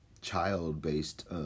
child-based